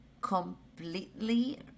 completely